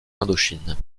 indochine